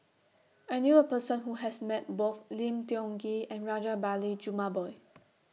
I knew A Person Who has Met Both Lim Tiong Ghee and Rajabali Jumabhoy